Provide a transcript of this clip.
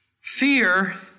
Fear